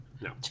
No